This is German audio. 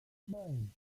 nein